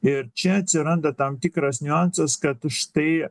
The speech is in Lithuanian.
ir čia atsiranda tam tikras niuansas kad štai